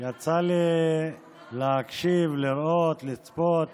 יצא לי להקשיב, לראות, לצפות